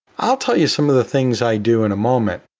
i'll tell you some of the things i do in a moment.